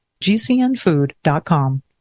GCNFood.com